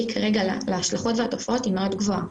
כרגע להשלכות והתופעות היא מאוד גבוהה,